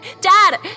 Dad